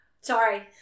Sorry